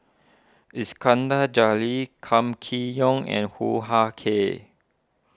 Iskandar Jalil Kam Kee Yong and Hoo Ah Kay